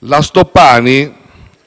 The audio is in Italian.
La Stoppani